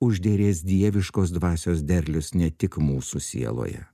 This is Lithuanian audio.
užderės dieviškos dvasios derlius ne tik mūsų sieloje